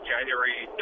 January